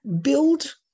build